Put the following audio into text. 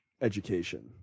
education